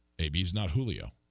babies not really a